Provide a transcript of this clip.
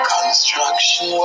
Construction